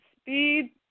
speed